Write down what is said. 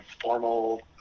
formal